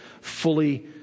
fully